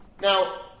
Now